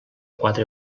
quatre